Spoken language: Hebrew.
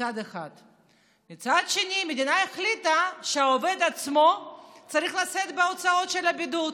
מצד שני המדינה החליטה שהעובד עצמו צריך לשאת בהוצאות של הבידוד.